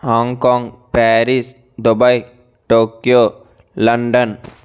Hong Kong Paris Dubai Tokyo London